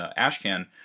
ashcan